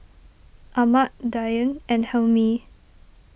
Ahmad Dian and Hilmi